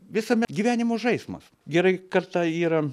visame gyvenimo žaismas gerai kartą yra